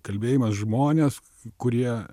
kalbėjimas žmonės kurie